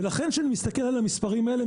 ולכן כשאני מסתכל על המספרים האלה,